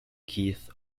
keith